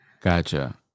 Gotcha